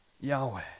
Yahweh